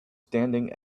standing